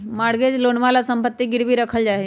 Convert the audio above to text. mortgage लोनवा ला सम्पत्ति गिरवी रखल जाहई